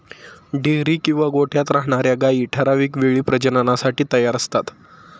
dairy किंवा गोठ्यात राहणार्या गायी ठराविक वेळी प्रजननासाठी तयार असतात